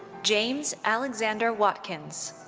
james alexander watkins.